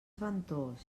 ventós